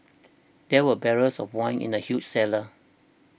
there were barrels of wine in the huge cellar